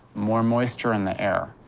more moisture in the air,